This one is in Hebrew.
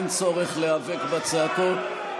אין צורך להיאבק בצעקות.